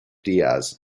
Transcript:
diaz